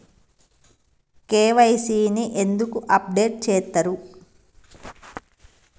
KYC ని ఎందుకు update చేత్తరు?